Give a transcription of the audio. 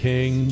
King